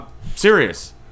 serious